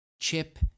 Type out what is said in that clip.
chip